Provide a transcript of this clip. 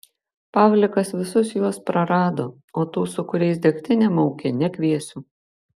pavlikas visus juos prarado o tų su kuriais degtinę maukė nekviesiu